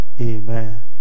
amen